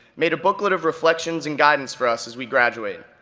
made a booklet of reflections and guidance for us as we graduate.